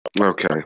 Okay